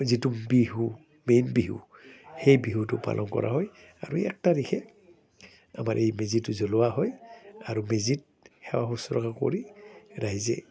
যিটো বিহু মেইন বিহু সেই বিহুটো পালন কৰা হয় আৰু এক তাৰিখে আমাৰ এই মেজিটো জ্বলোৱা হয় আৰু মেজিত সেৱা শুশ্ৰূষা কৰি ৰাইজে